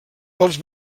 pels